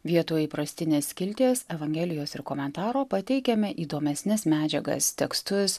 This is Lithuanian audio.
vietoj įprastinės skilties evangelijos ir komentaro pateikiame įdomesnes medžiagas tekstus